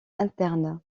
interne